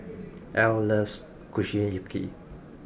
L loves Kushiyaki